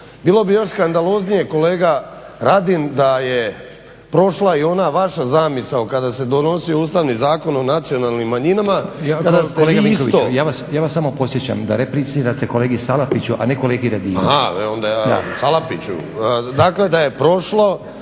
Bilo bi još skandaloznije kolega Radin da je prošla i ona vaša zamisao kada se donosio Ustavni zakon o nacionalnim manjinama… **Stazić, Nenad (SDP)** Oprostite kolega Vinković, ja vas samo podsjećam da replicirate kolegi Salapiću, a ne kolegi Radinu. **Vinković, Zoran (HDSSB)** Onda ja Salapiću. Dakle da je prošlo